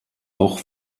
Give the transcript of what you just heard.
auch